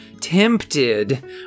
tempted